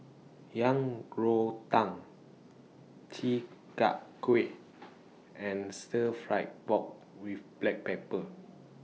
Yang Rou Tang Chi Kak Kuih and Stir Fried Pork with Black Pepper